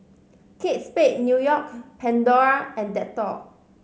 Kate Spade New York Pandora and Dettol